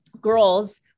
girls